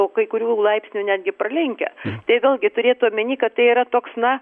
o kai kurių laipsnių netgi pralenkia tai vėlgi turėt omeny kad tai yra toks na